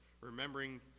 remembering